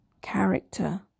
character